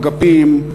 אגפים,